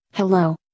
Hello